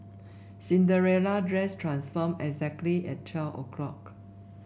Cinderella dress transformed exactly at twelve o'clock